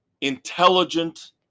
intelligent